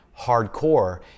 hardcore